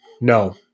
no